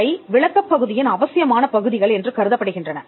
இவை விளக்கப் பகுதியின் அவசியமான பகுதிகள் என்று கருதப்படுகின்றன